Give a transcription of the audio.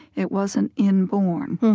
it wasn't inborn.